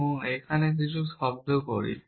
এবং আমরা এখানে কিছু শব্দ করি